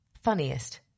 Funniest